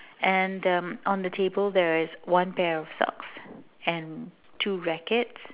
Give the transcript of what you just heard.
and um on the table there is one pair of socks and two rackets